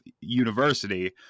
University